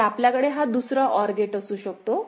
तर आपल्याकडे हा दुसरा OR गेट असू शकतो